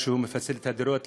לפצל את הדירות.